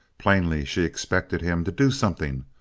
plainly she expected him to do something,